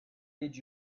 did